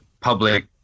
public